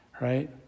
right